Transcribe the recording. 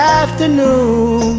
afternoon